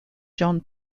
john